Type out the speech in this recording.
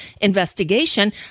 investigation